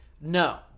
No